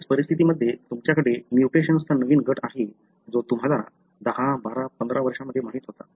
बऱ्याच परिस्थितींमध्ये तुमच्याकडे म्यूटेशनचा नवीन गट आहे जो तुम्हाला गेल्या 10 12 15 वर्षांमध्ये माहित होता